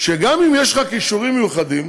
שגם אם יש לך כישורים מיוחדים,